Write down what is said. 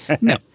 No